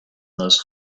those